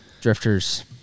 Drifters